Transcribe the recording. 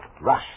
Rush